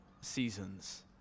seasons